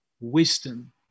wisdom